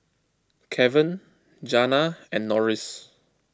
Keven Janna and Norris